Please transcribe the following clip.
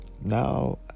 now